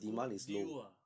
good deal ah